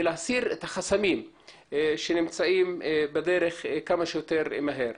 ולהסיר את החסמים שנמצאים בדרך כמה שיותר מהר.